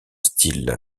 style